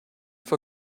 for